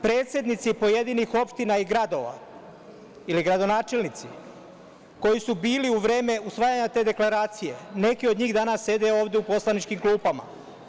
Predsednici pojedinih opština i gradova ili gradonačelnici koji su bili u vreme usvajanja te deklaracije, neki od njih danas sede ovde u poslaničkim klupama.